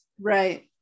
Right